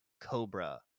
Cobra